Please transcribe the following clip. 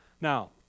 Now